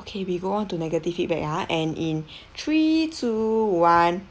okay we go on to negative feedback ah and in three two one